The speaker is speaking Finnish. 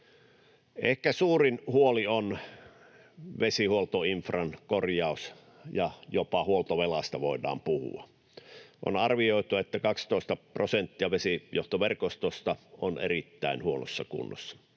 Ehkä suurin huoli on vesihuoltoinfran korjaus, ja jopa huoltovelasta voidaan puhua. On arvioitu, että 12 prosenttia vesijohtoverkostosta on erittäin huonossa kunnossa.